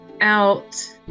out